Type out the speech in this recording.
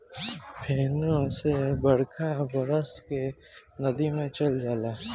फेनू से बरखा बरस के नदी मे चल जाला